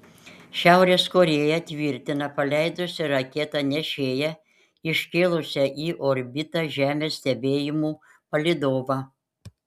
šiaurės korėja tvirtina paleidusi raketą nešėją iškėlusią į orbitą žemės stebėjimų palydovą